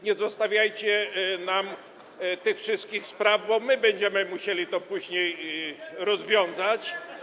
Nie zostawiajcie nam tych wszystkich spraw, bo my będziemy musieli to później rozwiązać.